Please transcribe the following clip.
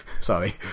Sorry